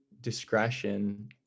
discretion